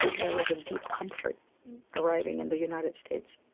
there was a deep comfort arriving in the united states,